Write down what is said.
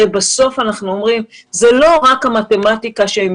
הרי בסוף אנחנו אומרים שזה לא רק המתמטיקה שהם